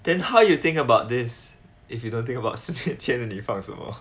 then how you think about this if you don't think about 十年前的你放什么